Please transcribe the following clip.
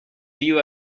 view